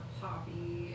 poppy